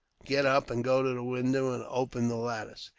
get up and go to the window, and open the lattice.